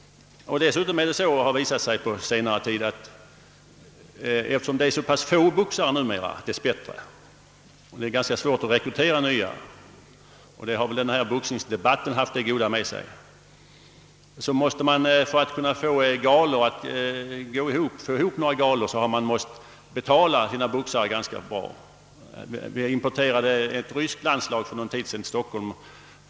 Eftersom det numera finns så få boxare och det är svårt att rekrytera nya — det goda har väl boxningsdebatten fört med sig — har man fått betala boxare ganska stora summor för att kunna anordna några boxningsgalor. För en tid sedan importerades ett ryskt landslag till Stockholm.